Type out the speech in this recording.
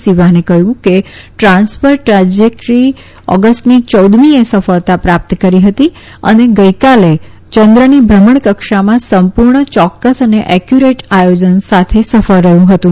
સિવાને કહયું કે transfer trajectory ઓગષ્ટની ચૌદમીએ સફળતા પ્રાપ્ત કરી હતી અને ગઈકાલે ચંદ્રની ભ્રમણકક્ષામાં સંપુર્ણ ચોકકસ અને એકયુરેટ આયોજન સાથે સફળ રહયું હતું